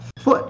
foot